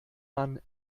man